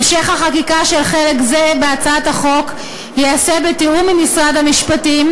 המשך החקיקה של חלק זה בהצעת החוק ייעשה בתיאום עם משרד המשפטים,